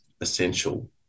essential